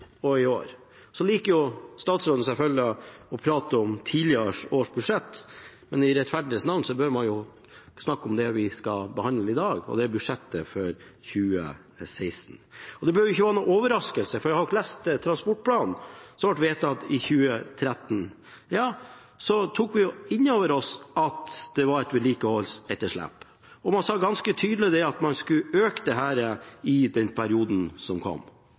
og i år. Så liker statsråden selvfølgelig å prate om tidligere års budsjett, men i rettferdighetens navn bør man snakke om det vi skal behandle i dag, og det er budsjettet for 2016. Det bør ikke være noen overraskelse, for hvis dere hadde lest Nasjonal transportplan som ble vedtatt i 2013, tok vi der inn over oss at det var et vedlikeholdsetterslep, og man sa ganske tydelig at man skulle øke dette i den perioden som kom,